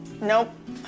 Nope